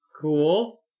Cool